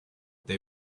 they